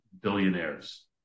billionaires